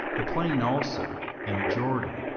the plain also, and jordan,